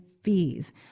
fees